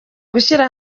gushyira